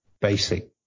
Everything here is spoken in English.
basic